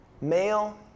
Male